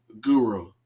guru